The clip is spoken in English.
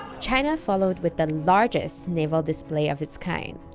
china followed with the largest naval display of its kind.